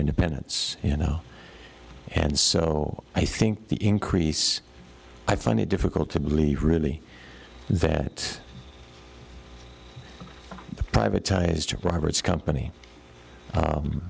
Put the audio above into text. independence you know and so i think the increase i find it difficult to believe really that privatized robert's company